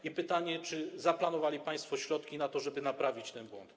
I pytanie: Czy zaplanowali państwo środki na to, żeby naprawić ten błąd?